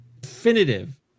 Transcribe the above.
definitive